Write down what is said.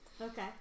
Okay